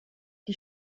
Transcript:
die